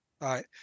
right